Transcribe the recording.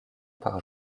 par